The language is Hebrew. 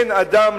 אין אדם,